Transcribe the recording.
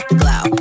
glow